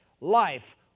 life